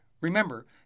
Remember